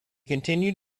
continued